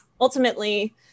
ultimately